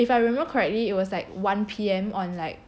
if I remember correctly it was like one P_M on like